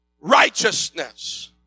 righteousness